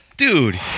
Dude